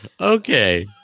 Okay